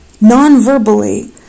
non-verbally